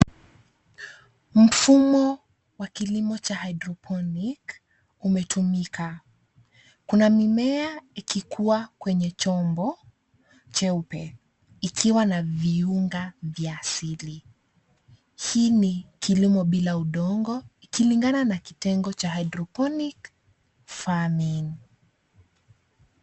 Mfumo wa kilimo cha hydroponic umetumika. Kuna mimea ikikua kwenye chombo jeupe ikiwa na viunga vya asili hii ni kilimo bila udongo ikilingana na kitendo cha hydroponic farming .